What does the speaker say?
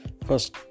First